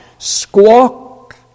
squawk